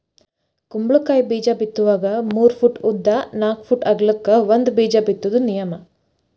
ಕುಂಬಳಕಾಯಿ ಬೇಜಾ ಬಿತ್ತುವಾಗ ಮೂರ ಪೂಟ್ ಉದ್ದ ನಾಕ್ ಪೂಟ್ ಅಗಲಕ್ಕ ಒಂದ ಬೇಜಾ ಬಿತ್ತುದ ನಿಯಮ